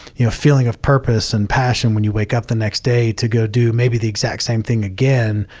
you know, feeling of purpose and passion when you wake up the next day to go do maybe the exact same thing again,